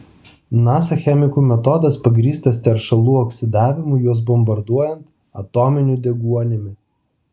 nasa chemikų metodas pagrįstas teršalų oksidavimu juos bombarduojant atominiu deguonimi